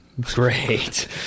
Great